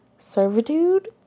Servitude